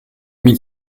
mille